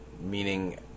meaning